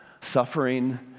suffering